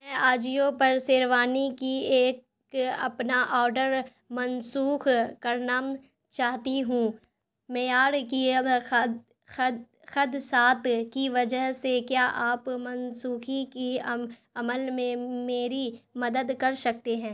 میں آجیو پر شیروانی کی ایک اپنا آڈر منسوخ کرنا چاہتی ہوں معیار کی خدشات کی وجہ سے کیا آپ منسوخی کی عمل میں میری مدد کر سکتے ہیں